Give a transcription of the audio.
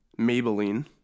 Maybelline